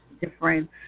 different